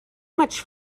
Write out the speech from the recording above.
much